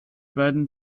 beiden